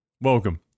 welcome